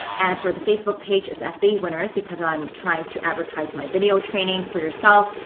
and for the facebook page, it's fba winners. because i am trying to advertise my video training. for yourself,